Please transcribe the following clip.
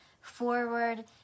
forward